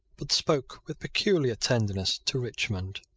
but spoke with peculiar tenderness to richmond.